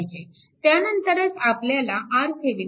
त्यानंतरच आपल्याला RThevenin